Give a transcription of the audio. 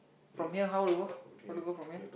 from here how to go how to go from here